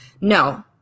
No